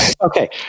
Okay